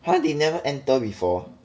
!huh! they never enter before